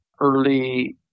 early